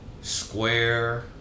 square